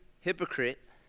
hypocrite